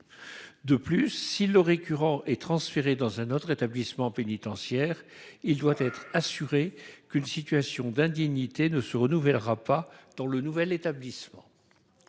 De plus, si le détenu est transféré dans un autre établissement pénitentiaire, il doit être assuré qu'une situation d'indignité ne se renouvellera pas dans le nouvel établissement.